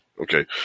Okay